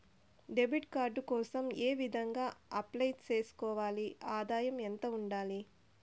Debit card కోసం ఏ విధంగా అప్లై సేసుకోవాలి? ఆదాయం ఎంత ఉండాలి?